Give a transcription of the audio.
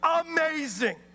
amazing